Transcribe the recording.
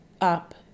up